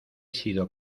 sido